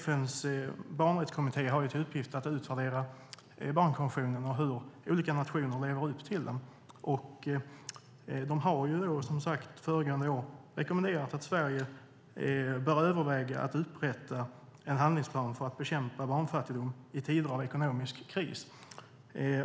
FN:s barnrättskommitté har till uppgift att utvärdera hur olika nationer lever upp till barnkonventionen. Föregående år rekommenderade kommittén att Sverige bör överväga att upprätta en handlingsplan för att bekämpa barnfattigdom i tider av ekonomisk kris.